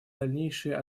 дальнейшее